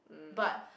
but